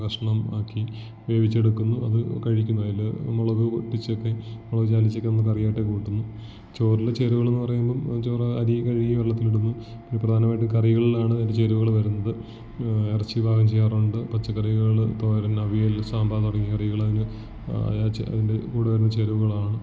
കഷണം ആക്കി വേവിച്ചെടുക്കുന്നു അത് കഴിക്കുന്നു അതിൽ നമ്മളത് ഒട്ടിച്ച് വെക്കുകയും മുളക് ചാലിച്ചൊക്കെ നമ്മൾ കറിയായിട്ട് കൂട്ടുന്നു ചോറിൽ ചേരുവകളെന്ന് പറയുമ്പം ചോറ് ആ അരി കഴുകി വെള്ളത്തിലിടുന്നു പിന്നെ പ്രധാനമായിട്ട് കറികളിലാണ് അതിൻ്റെ ചേരുവകൾ വരുന്നത് ഇറച്ചി പാകം ചെയ്യാറുണ്ട് പച്ചക്കറികൾ തോരൻ അവിയൽ സാമ്പാർ തുടങ്ങി കറികൾ അതിന് അതിൻ്റെ കൂടെ വരുന്ന ചേരുവകളാണ്